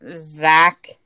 zach